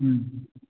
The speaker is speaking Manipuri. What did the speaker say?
ꯎꯝ